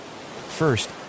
First